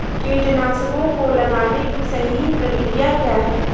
कीटनाशकों को लगाने की सही प्रक्रिया क्या है?